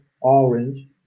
orange